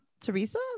teresa